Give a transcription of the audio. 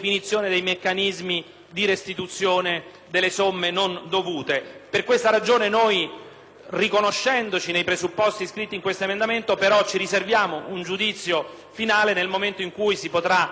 riconoscendoci nei presupposti iscritti in questo emendamento, ci riserviamo però un giudizio finale nel momento in cui si potrà leggere la decisione concreta del Ministero dell'ambiente che